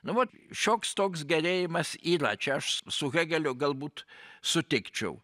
nu vat šioks toks gerėjimas yra čia aš su hegeliu galbūt sutikčiau